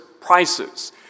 prices